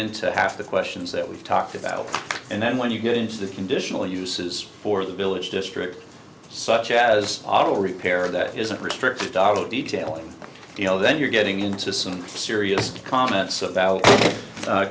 into half the questions that we've talked about and then when you get into the conditional uses for the village district such as auto repair that isn't restrictive dago detail you know then you're getting into some serious comments about